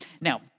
Now